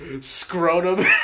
Scrotum